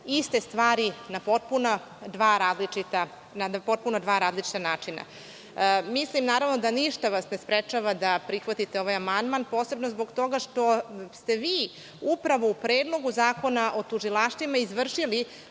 iste stvari na potpuna dva različita načina. Mislim, naravno, da ništa vas ne sprečava da prihvatite ovaj amandman posebno zbog toga što ste vi upravo u Predlogu zakona o tužilaštvima izvršili